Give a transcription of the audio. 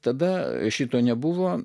tada šito nebuvo